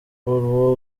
paul